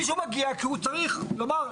משיהו מגיע כי הוא צריך לומר,